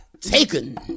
Taken